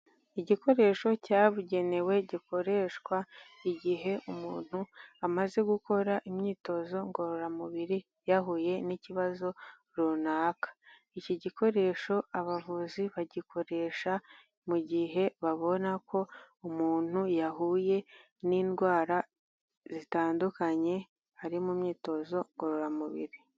Igikoresho cyabugenewe gikoreshwa igihe umuntu amaze gukora imyitozo ngororamubiri, yahuye n'ikibazo runaka. Iki gikoresho abavuzi bagikoresha mu gihe babona ko umuntu yahuye n'indwara zitandukanye ari mu myitozo ngororamubiri.